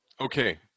Okay